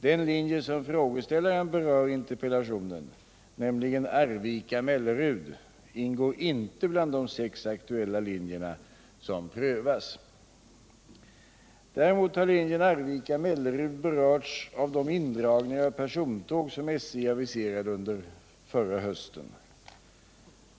Den linje som frågeställaren berör i interpellationen, nämligen Arvika-Mellerud, ingår inte bland de sex aktuella linjer som prövas. Däremot har linjen Arvika-Mellerud berörts av de indragningar av persontåg som SJ aviserade under förra hösten.